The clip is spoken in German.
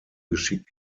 geschickt